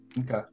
Okay